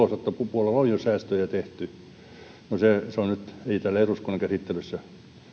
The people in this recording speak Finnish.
on jo säästöjä tehty se asia ei täällä eduskunnan käsittelyssä vielä ole ja